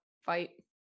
fight